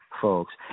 folks